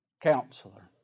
Counselor